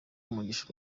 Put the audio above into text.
umugisha